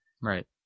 Right